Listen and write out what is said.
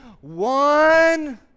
one